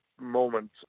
moment